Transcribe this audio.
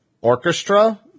Orchestra